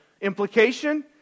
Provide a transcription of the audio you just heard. Implication